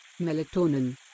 Melatonin